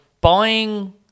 buying